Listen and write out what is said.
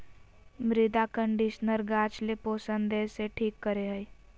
मृदा कंडीशनर गाछ ले पोषण देय ले ठीक करे हइ